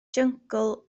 jyngl